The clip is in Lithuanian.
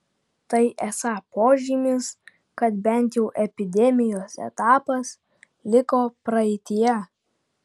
tai esą požymis kad bent jau epidemijos etapas liko praeityje